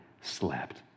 slept